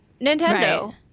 Nintendo